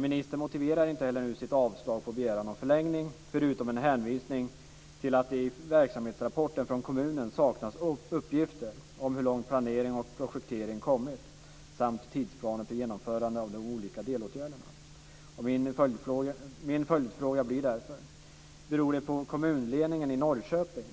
Ministern motiverar inte heller nu sitt avslag på begäran om förlängning, förutom att han gör en hänvisning till att det i verksamhetsrapporten från kommunen saknas uppgifter om hur långt planering och projektering kommit samt tidsplaner för genomförande av de olika delåtgärderna. Min följdfråga blir därför: Beror det på kommunledningen i Norrköping